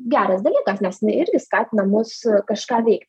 geras dalykas nes jinai irgi skatina mus kažką veikt